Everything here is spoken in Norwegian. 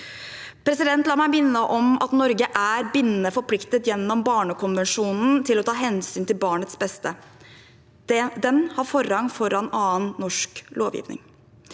fra 2015. La meg minne om at Norge er bindende forpliktet gjennom barnekonvensjonen til å ta hensyn til barnets beste. Den har forrang foran annen, norsk lovgivning.